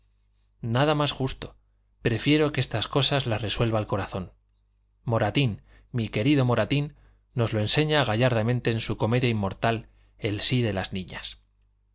más justo prefiero que estas cosas las resuelva el corazón moratín mi querido moratín nos lo enseña gallardamente en su comedia inmortal el sí de las niñas